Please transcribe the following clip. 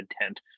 intent